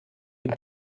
dem